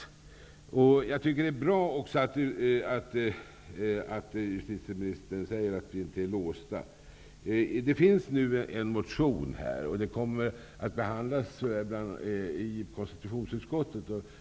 Det är också bra att justitieministern säger att man inom regeringen inte är låst i sin uppfattning av hur detta arbete skall bedrivas. Det finns nu en motion i denna fråga, som kommer att behandlas i konstitutionsutskottet.